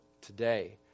today